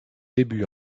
débuts